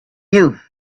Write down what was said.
you